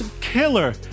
killer